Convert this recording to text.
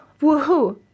woohoo